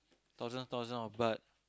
thousand thousand of Baht